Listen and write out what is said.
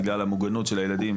בגלל המוגנות של הילדים,